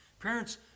Parents